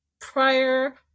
prior